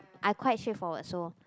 I quite straightforward so